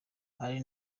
hari